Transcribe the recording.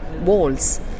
walls